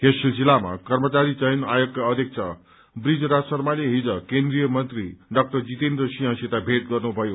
यस सिलसिलामा कर्मचारी चयन आयोगका अध्यक्ष बृजराज शर्माले हिज केन्द्रीय मन्त्री डा जितेन्द्र सिंहसित भेट गर्नुभयो